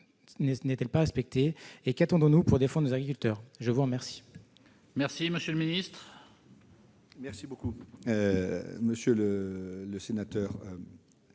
n'est-elle pas respectée ? Qu'attendons-nous pour défendre nos agriculteurs ? La parole